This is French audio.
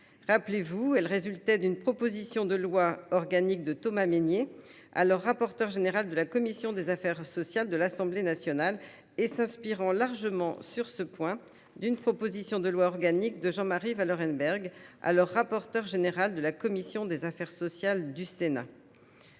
mars 2022. Elles résultent d’une proposition de loi organique de Thomas Mesnier, alors rapporteur général de la commission des affaires sociales de l’Assemblée nationale, largement inspirée sur ce sujet d’une proposition de loi organique de Jean Marie Vanlerenberghe, alors rapporteur général de la commission des affaires sociales du Sénat.